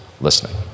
listening